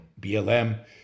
BLM